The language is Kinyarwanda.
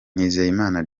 nizeyimana